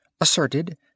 asserted